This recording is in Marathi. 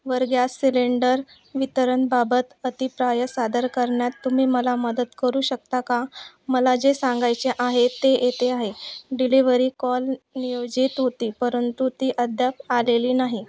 वर गॅस सिलेंडर वितरणबाबत अभिप्राय सादर करण्यात तुम्ही मला मदत करू शकता का मला जे सांगायचे आहे ते येते आहे डिलेव्हरी कॉल नियोजित होती परंतु ती अद्याप आलेली नाही